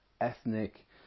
ethnic